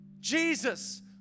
Jesus